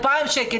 2,000 שקל,